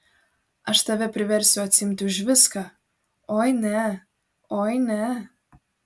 aš tave priversiu atsiimti už viską oi ne oi ne